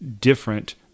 different